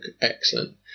excellent